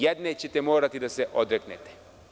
Jedne ćete morati da se odreknete.